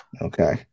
okay